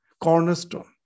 cornerstone